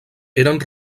eren